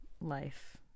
life